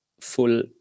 full